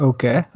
Okay